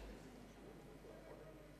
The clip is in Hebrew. אדוני היושב-ראש,